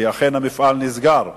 כי אכן המפעל נסגר.